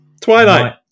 Twilight